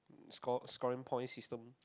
score score rank point system